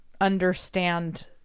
understand